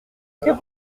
que